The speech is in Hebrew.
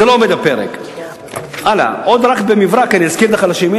זה לא עומד, עוד רק במברק אני אזכיר את החלשים.